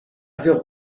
feel